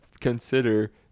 consider